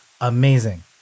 amazing